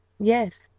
yes,